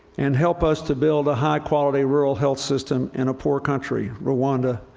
and help us to build a high-quality rural health system in a poor country, rwanda,